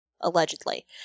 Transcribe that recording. allegedly